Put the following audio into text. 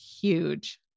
huge